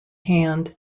hand